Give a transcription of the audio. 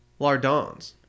Lardons